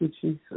Jesus